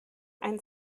ein